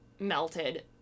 melted